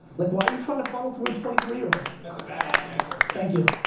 like why are you trying to follow through a twenty three year old? that's badass answer. thank you.